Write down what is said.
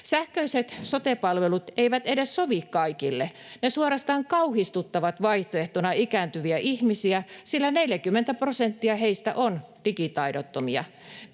Sähköiset sote-palvelut eivät edes sovi kaikille. Ne suorastaan kauhistuttavat vaihtoehtona ikääntyviä ihmisiä, sillä 40 prosenttia heistä on digitaidottomia.